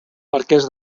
marquès